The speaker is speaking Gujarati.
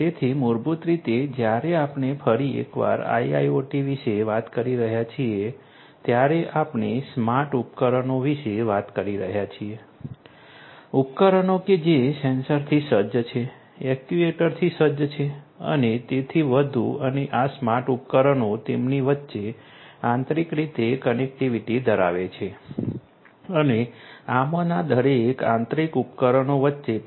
તેથી મૂળભૂત રીતે જ્યારે આપણે ફરી એકવાર IIoT વિશે વાત કરી રહ્યા છીએ ત્યારે આપણે સ્માર્ટ ઉપકરણો વિશે વાત કરી રહ્યા છીએ ઉપકરણો કે જે સેન્સરથી સજ્જ છે એક્ટ્યુએટરથી સજ્જ છે અને તેથી વધુ અને આ સ્માર્ટ ઉપકરણો તેમની વચ્ચે આંતરિક રીતે કનેક્ટિવિટી ધરાવે છે અને આમાંના દરેક આંતરિક ઉપકરણો વચ્ચે પણ